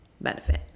benefit